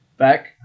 Back